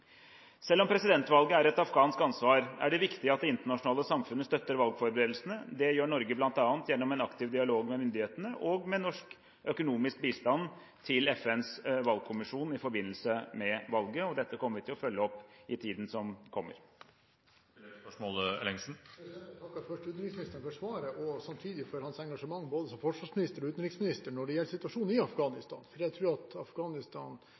Selv om presidentvalget er et afghansk ansvar, er det viktig at det internasjonale samfunnet støtter valgforberedelsene. Det gjør Norge bl.a. gjennom en aktiv dialog med myndighetene og med norsk økonomisk bistand til FNs valgkommisjon i forbindelse med valget. Dette kommer vi til å følge opp i tiden som kommer. Jeg takker først utenriksministeren for svaret og samtidig for hans engasjement som både forsvarsminister og utenriksminister når det gjelder situasjonen i Afghanistan. Jeg tror Afghanistan